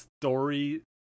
story